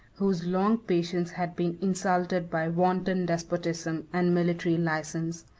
whose long patience had been insulted by wanton despotism and military license.